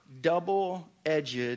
double-edged